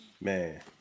Man